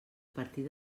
partir